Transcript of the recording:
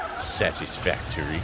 satisfactory